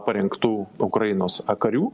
parengtų ukrainos karių